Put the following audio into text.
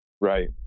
right